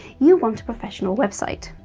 you want a professional website.